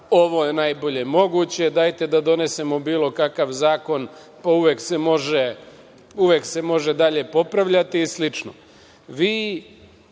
ovo je najbolje moguće, dajte da donesemo bilo kakav zakon, uvek se može dalje popravljati i slično. Vi